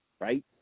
right